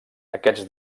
aquests